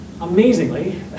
amazingly